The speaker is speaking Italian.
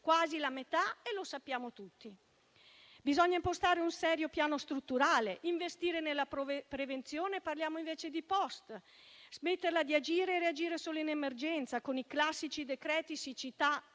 quasi la metà, e lo sappiamo tutti. Bisogna impostare un serio piano strutturale e investire nella prevenzione, anziché parlare di "post", e smetterla di agire e reagire solo in emergenza, con i classici decreti siccità